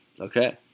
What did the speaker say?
Okay